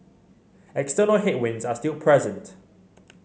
external headwinds are still present